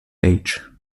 age